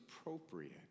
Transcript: appropriate